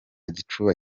gikuba